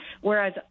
whereas